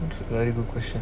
it's a very good question